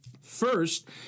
First